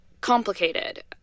complicated